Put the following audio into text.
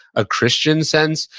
a christian sense.